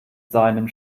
seinem